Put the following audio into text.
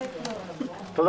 תודה